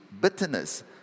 bitterness